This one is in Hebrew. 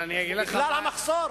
בגלל המחסור.